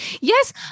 Yes